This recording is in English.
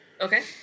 Okay